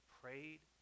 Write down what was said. prayed